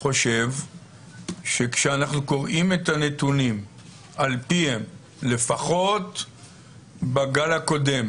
אני חושב שכשאנחנו קוראים את הנתונים על פיהם לפחות בגל הקודם